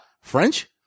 french